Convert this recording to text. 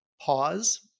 pause